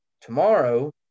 tomorrow